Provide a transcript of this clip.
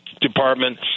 Department